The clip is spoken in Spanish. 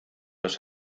los